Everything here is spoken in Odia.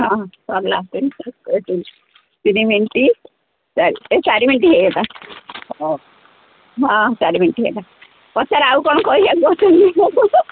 ହଁ ସରିଲା ତିନି ମିନିଟ୍ ହୋଇଯାଇଛି ତିନି ମିନିଟ୍ ଚାରି ଏ ଚାରି ମିନିଟ୍ ହୋଇଗଲା ଚାରି ମିନିଟ୍ ହେଲା ହଉ ସାର୍ ଆଉ କ'ଣ କହିବାକୁ ଅଛି କୁହନ୍ତୁ